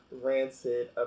ranted